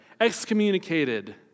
excommunicated